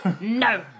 No